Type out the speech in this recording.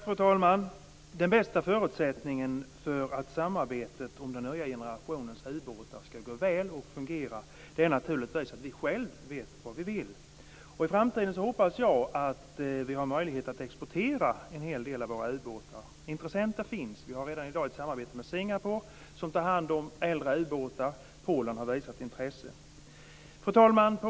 Fru talman! Den bästa förutsättningen för att samarbetet om den nya generationens ubåtar skall gå väl och fungera är naturligtvis att vi själva vet vad vi vill. I framtiden hoppas jag att vi har möjlighet att exportera en hel del av våra ubåtar. Intressenter finns. Vi har redan i dag ett samarbete med Singapore som tar hand om äldre ubåtar. Polen har visat intresse. Fru talman!